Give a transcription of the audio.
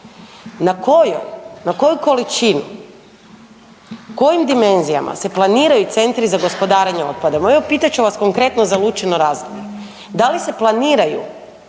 na kojoj, na koju količinu, kojim dimenzijama se planiraju centri za gospodarenje otpadom? Evo pitat ću vas konkretno za Lucino Razdolje. Da li se planiraju